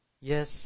Yes